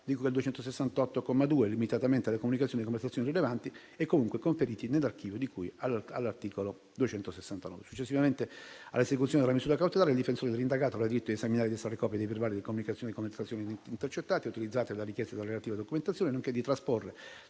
268, comma 2, limitatamente alle comunicazioni e conversazioni rilevanti e comunque conferiti nell'archivio di cui all'articolo 269. Successivamente all'esecuzione della misura cautelare, il difensore dell'indagato avrà diritto di esaminare e di estrarre copia dei verbali delle comunicazioni di conversazioni intercettate utilizzate e della richiesta della relativa documentazione, nonché di trasporre